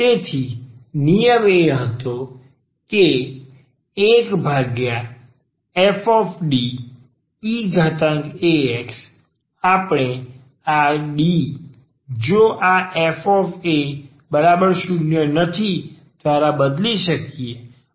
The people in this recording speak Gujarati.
તેથી નિયમ એ હતો કે 1fDeax આપણે આ D જો આ fa0 દ્વારા બદલી શકીએ